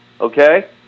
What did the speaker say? okay